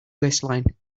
waistline